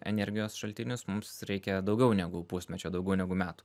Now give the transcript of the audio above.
energijos šaltinius mums reikia daugiau negu pusmečio daugiau negu metų